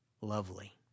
lovely